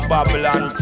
Babylon